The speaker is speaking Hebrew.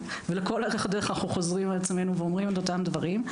ולכל אורך הדרך אנחנו חוזרים על עצמנו ואומרים את אותם דברים,